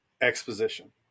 exposition